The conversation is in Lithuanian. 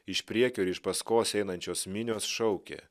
iš priekio ir iš paskos einančios minios šaukė